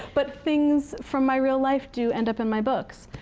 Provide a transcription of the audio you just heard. but things from my real life do end up in my books.